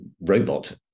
robot